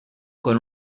con